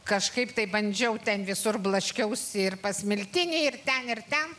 kažkaip taip bandžiau ten visur blaškiausi ir pas miltinį ir ten ir ten